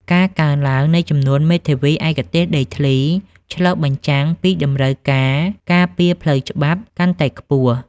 ការកើនឡើងនៃចំនួនមេធាវីឯកទេសដីធ្លី ឆ្លុះបញ្ចាំងពីតម្រូវការការពារផ្លូវច្បាប់កាន់តែខ្ពស់។